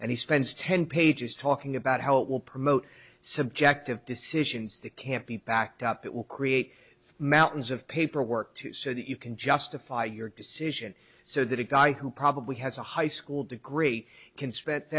and he spends ten pages talking about how it will promote subjective decisions that can't be backed up it will create mountains of paperwork too so that you can justify your decision so that a guy who probably has a high school degree can spit